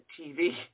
TV